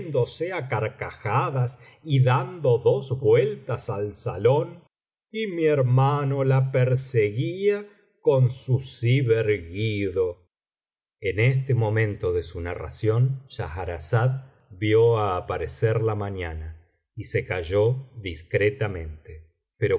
á carcajadas y dando dos vueltas al salón y mi hermano la perseguía con su zib erguido en este momento de su narración schahrazada vio aparecer la mañana y se calló discretamente